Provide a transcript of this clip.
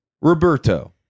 Roberto